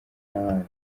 n’abandi